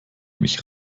mich